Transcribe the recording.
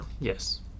Yes